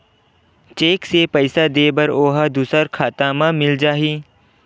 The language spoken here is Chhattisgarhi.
चेक से पईसा दे बर ओहा दुसर खाता म मिल जाही?